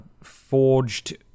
forged